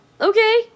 Okay